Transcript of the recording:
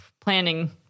planning